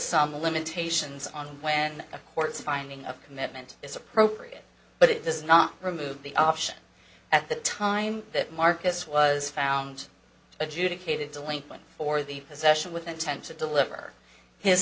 some limitations on when a court's finding of commitment is appropriate but it does not remove the option at the time that marcus was found adjudicated delinquent or the possession with intent to deliver his